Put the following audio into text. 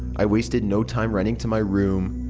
i wasted no time running to my room.